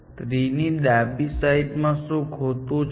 tree ની ડાબી side માં શું ખોટું છે